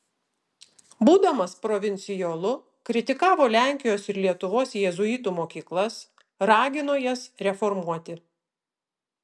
būdamas provincijolu kritikavo lenkijos ir lietuvos jėzuitų mokyklas ragino jas reformuoti